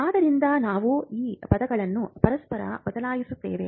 ಆದ್ದರಿಂದ ನಾವು ಈ ಪದಗಳನ್ನು ಪರಸ್ಪರ ಬದಲಾಯಿಸುತ್ತೇವೆ